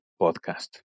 podcast